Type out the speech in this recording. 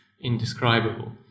indescribable